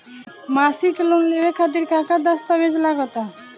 मसीक लोन लेवे खातिर का का दास्तावेज लग ता?